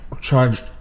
charged